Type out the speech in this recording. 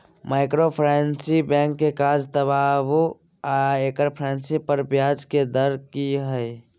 Microfinance bank के काज बताबू आ एकर फाइनेंस पर ब्याज के दर की इ?